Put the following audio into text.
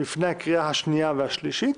לפני הקריאה השנייה והשלישית.